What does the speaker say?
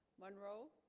monroe